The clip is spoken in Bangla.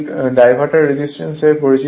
এটি ডাইভারটার রেজিস্ট্যান্স হিসাবে পরিচিত